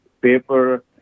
paper